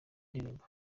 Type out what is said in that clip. ndirimbo